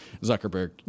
Zuckerberg